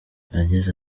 yagize